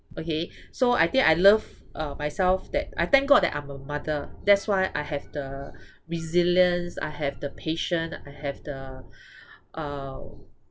okay so I think I love uh myself that I thank god that I'm a mother that's why I have the resilience I have the patient I have the uh